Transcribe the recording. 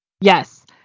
Yes